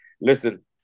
Listen